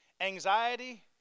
Anxiety